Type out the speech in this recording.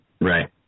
Right